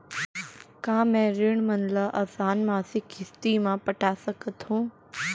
का मैं ऋण मन ल आसान मासिक किस्ती म पटा सकत हो?